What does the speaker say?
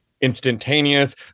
instantaneous